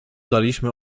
daliśmy